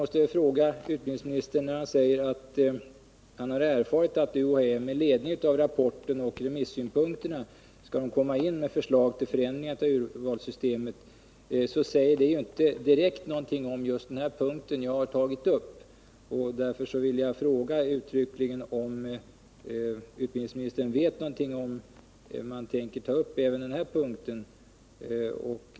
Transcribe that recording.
När utbildningsministern säger att han har erfarit att UHÄ med ledning av rapporten och remissynpunkterna på denna skall komma in med förslag till förändringar av urvalssystemet, så säger det inte någonting direkt om den punkt som jag har tagit upp. Därför vill jag uttryckligen fråga om utbildningsministern vet om UHÄ tänker ta upp även denna punkt.